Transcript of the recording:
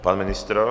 Pan ministr?